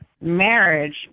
marriage